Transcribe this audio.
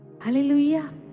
Hallelujah